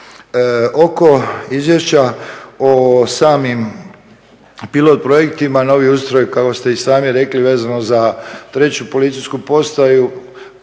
Oko izvješća o samim pilot projektima novi ustroj kako ste i sami rekli vezano za 3.policijsku postaju,